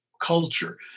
culture